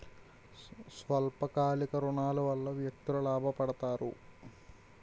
స్వల్ప కాలిక ఋణాల వల్ల వ్యక్తులు లాభ పడతారు